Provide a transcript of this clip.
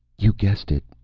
you guessed it.